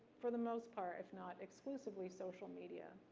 for the most part, if not exclusively, social media.